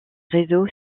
réseaux